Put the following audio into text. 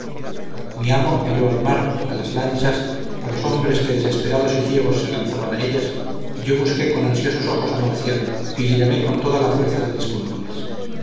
mi amo miró al mar a las lanchas a los hombres que desesperados y ciegos se lanzaban a ellas y yo busqué con ansiosos ojos a marcial y le llamé con toda la fuerza de mis pulmones